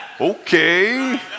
Okay